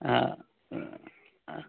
हा हा हा